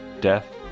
death